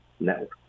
network